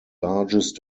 largest